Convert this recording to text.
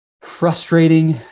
frustrating